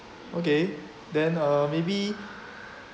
okay then uh maybe